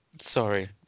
sorry